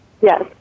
Yes